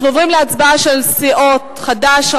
אנחנו עוברים להצבעה של סיעות חד"ש,